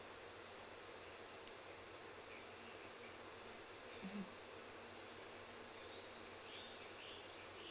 mmhmm